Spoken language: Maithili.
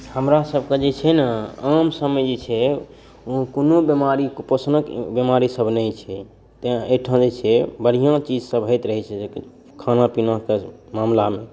हमर सभके जे छै ने आम सभमे जे छै ओ कोनो बीमारी पोषणक बीमारी सभ नहि छै तै एहिठाम जे छै बढ़िऑं चीज सभ होइत रहै छै खाना पीनाके मामलामे